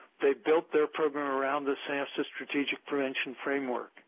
they built their program around the samhsa strategic prevention framework,